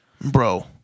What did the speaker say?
bro